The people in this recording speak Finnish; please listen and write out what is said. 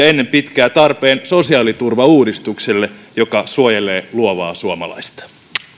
ennen pitkää tarpeen sosiaaliturvauudistukselle joka suojelee luovaa suomalaista